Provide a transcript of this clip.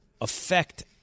affect